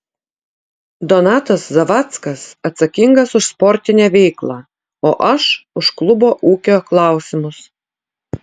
donatas zavackas atsakingas už sportinę veiklą o aš už klubo ūkio klausimus